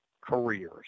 careers